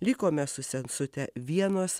likome su sesute vienos